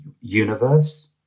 universe